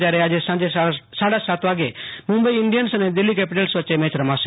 જયારે સાંજે સાડા સાત વાગ્યે મુંબઈ ઈન્ડિયન્સ અને દિલ્હી કેપીટલ્સ વચ્ચે મેચ રમાશે